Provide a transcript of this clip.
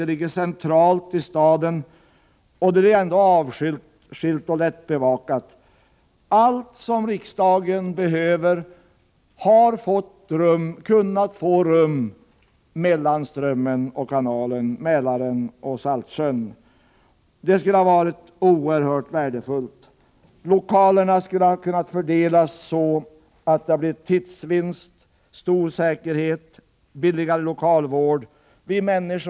Området är centralt beläget i staden, men ändå avskilt och lättbevakat. Allt det som riksdagen behöver skulle ha kunnat få rum här vid Strömmen, kanalen, Mälaren och Saltsjön, och det skulle ha varit oerhört värdefullt. Lokalerna skulle ha kunnat fördelas så, att det blev en tidsvinst och stor säkerhet. Dessutom skulle lokalvården ha blivit billigare.